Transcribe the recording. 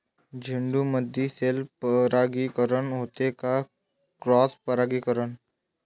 झेंडूमंदी सेल्फ परागीकरन होते का क्रॉस परागीकरन?